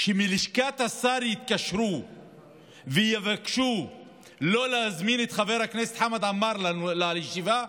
אז שמלשכת השר יתקשרו ויבקשו לא להזמין את חבר הכנסת חמד עמאר לישיבה?